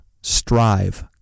Strive